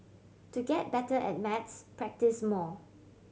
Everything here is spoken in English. to get better at maths practise more